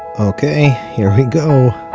ok, here we go.